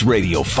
Radio